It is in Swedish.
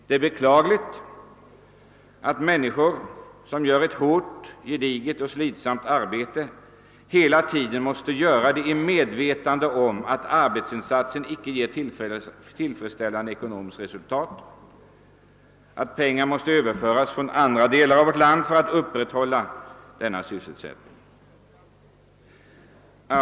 Det är beklagligt att människor som utför ett gediget, hårt och slitsamt arbete måste göra det i medvetande om att arbetsinsatsen inte ger ett tillfredsställande ekonomiskt resultat utan att pengar måste överföras från andra delar av vårt land för att upprätthålla sysselsättningen.